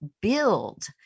build